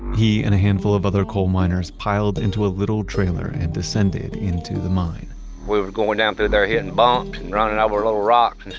he and a handful of other coal miners piled into a little trailer and descended into the mine we were going down through there, hitting bumps and running ah over little rocks